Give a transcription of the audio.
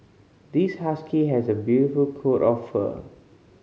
this husky has a beautiful coat of fur